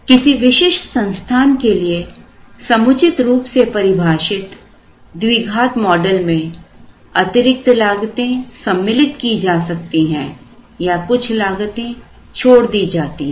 किसी विशिष्ट संस्थान के लिए समुचित रूप से परिभाषित द्विघात मॉडल में अतिरिक्त लागतें सम्मिलित की जा सकती हैं या कुछ लागतें छोड़ दी जाती हैं